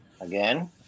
again